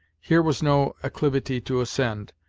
here was no acclivity to ascend,